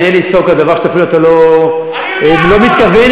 כולם אומרים שאתה נותן להם צו הארכה.